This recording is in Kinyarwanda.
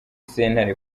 sentare